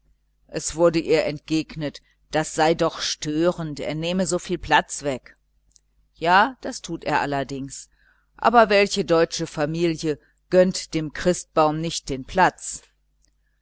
es wurde ihr entgegnet das sei doch unpraktisch er nehme ja so viel platz weg ja das tut er allerdings aber welche deutsche familie gönnt dem christbaum nicht den platz